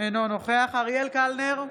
אינו נוכח אריאל קלנר,